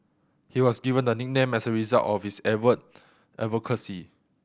he was given the nickname as a result of his avid advocacy